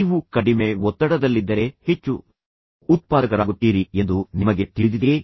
ನೀವು ಕಡಿಮೆ ಒತ್ತಡದಲ್ಲಿದ್ದರೆ ಹೆಚ್ಚು ಉತ್ಪಾದಕರಾಗುತ್ತೀರಿ ಎಂದು ನಿಮಗೆ ತಿಳಿದಿದೆಯೇ